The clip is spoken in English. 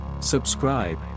Subscribe